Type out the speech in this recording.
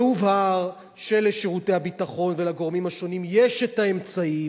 והובהר שלשירותי הביטחון ולגורמים השונים יש האמצעים,